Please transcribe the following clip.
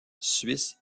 suisse